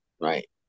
Right